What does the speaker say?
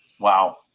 wow